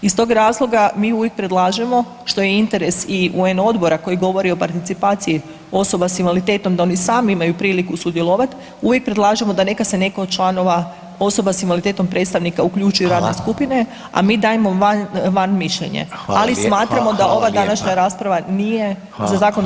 Iz tog razloga mi uvijek predlažemo što je interes i UN odbora koji govori o participaciji osoba s invaliditetom da oni sami imaju priliku sudjelovati, uvijek predlažemo da neka se netko od članova osoba s invaliditetom predstavnika uključi u radne skupine [[Upadica: Hvala.]] a mi dajemo van mišljenje, ali smatramo da ova današnja rasprava nije [[Upadica: Hvala lijepa, hvala lijepa.]] za zakon